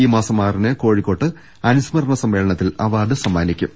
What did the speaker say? ഈ മാസം ആറിന് കോഴിക്കോട്ട് അനുസ്മരണ സമ്മേളനത്തിൽ അവാർഡ് സമ്മാനിക്കും